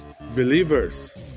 believers